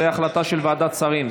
זאת החלטה של ועדת שרים,